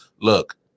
look